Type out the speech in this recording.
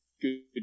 good